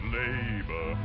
labor